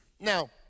Now